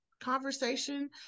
conversation